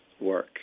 work